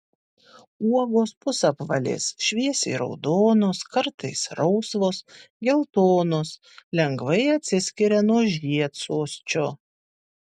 uogos pusapvalės šviesiai raudonos kartais rausvos geltonos lengvai atsiskiria nuo žiedsosčio